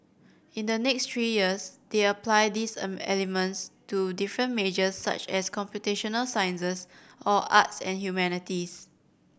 in the next three years they apply these elements to different majors such as computational sciences or arts and humanities